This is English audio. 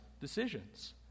decisions